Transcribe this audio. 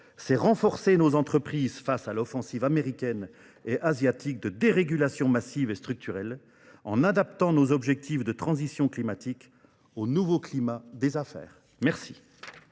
C'est renforcer nos entreprises face à l'offensive américaine et asiatique de dérégulation massive et structurelle, en adaptant nos objectifs de transition climatique au nouveau climat des affaires. Merci.